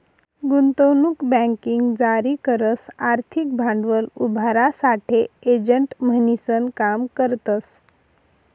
गुंतवणूक बँकिंग जारी करस आर्थिक भांडवल उभारासाठे एजंट म्हणीसन काम करतस